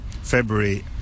February